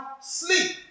sleep